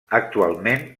actualment